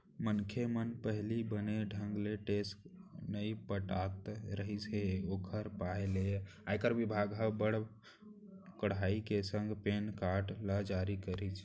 मनखे मन पहिली बने ढंग ले टेक्स नइ पटात रिहिस हे ओकर पाय के आयकर बिभाग हर बड़ कड़ाई के संग पेन कारड ल जारी करिस